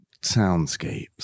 soundscapes